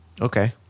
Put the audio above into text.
Okay